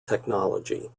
technology